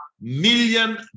Million